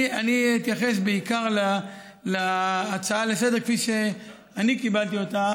אני אתייחס בעיקר להצעה לסדר-היום כפי שאני קיבלתי אותה,